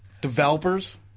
Developers